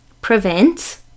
prevent